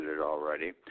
already